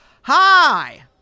Hi